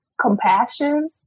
compassion